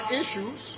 issues